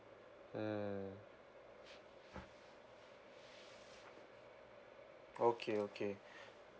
mm okay okay